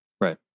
Right